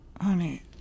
Honey